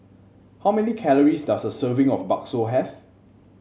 how many calories does a serving of bakso have